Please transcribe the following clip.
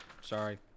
sorry